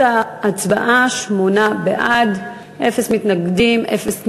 תוצאות ההצבעה: בעד, 8, אפס מתנגדים ואפס נמנעים.